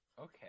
Okay